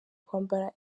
kwambara